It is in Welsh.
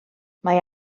mae